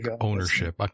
ownership